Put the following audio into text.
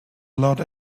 allowed